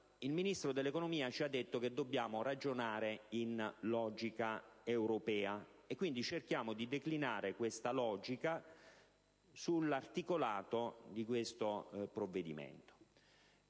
Il Ministro dell'economia ci ha detto che dobbiamo ragionare secondo logiche europee. Cerchiamo allora di declinare questa logica sull'articolato di questo provvedimento.